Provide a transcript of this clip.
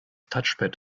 touchpad